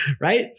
right